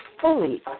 fully